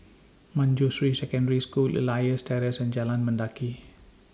Manjusri Secondary School Elias Terrace and Jalan Mendaki